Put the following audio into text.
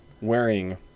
wearing